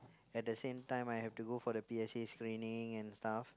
at the same time I have to go for the P_S_A screening and stuff